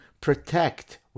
protect